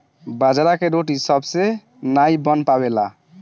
बाजरा के रोटी सबसे नाई बन पावेला